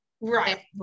Right